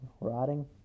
Rotting